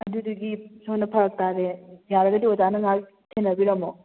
ꯑꯗꯨꯗꯨꯒꯤ ꯁꯣꯝꯗ ꯐꯔꯛ ꯇꯥꯔꯦ ꯌꯥꯔꯒꯗꯤ ꯑꯣꯖꯥꯅ ꯉꯥꯏꯍꯥꯛ ꯁꯦꯟꯅꯕꯤꯔꯝꯃꯣ